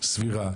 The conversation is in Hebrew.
סבירה,